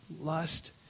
lust